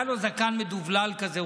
היה לו זקן מדובלל כזה,